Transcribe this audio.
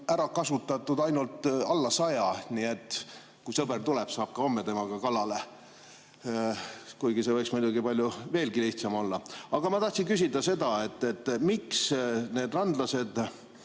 ära kasutatud ainult alla 100. Nii et kui sõber tuleb, saab ka homme temaga kalale, kuigi see võiks muidugi veelgi lihtsam olla. Aga ma tahtsin küsida seda, miks need randlased